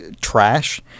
trash